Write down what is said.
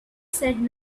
said